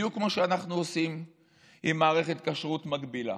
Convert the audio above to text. בדיוק כמו שאנחנו עושים עם מערכת כשרות מקבילה